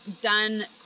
done